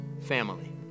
family